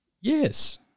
Yes